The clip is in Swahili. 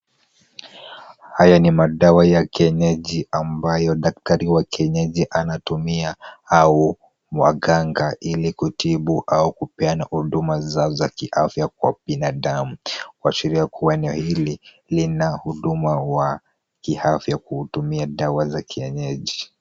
Haya ni madawa ya kienyeji ambayo daktari wa kienyeji anatumia au waganga ili kutibu au kupeana huduma zao za kiafya kwa binadamu, kuashiria kuwa eneo hili lina huduma wa kiafya wa kutumia dawa za kienyeji.